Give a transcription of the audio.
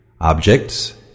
Objects